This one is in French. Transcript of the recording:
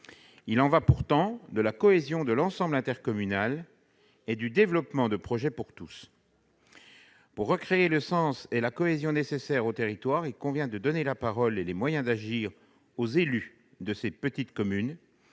Il y va pourtant de la cohésion de l'ensemble intercommunal et du développement de projets pour tous. Pour recréer le sens et la cohésion nécessaires au territoire, il convient de donner la parole et les moyens d'agir aux élus de ces petites communes